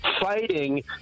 fighting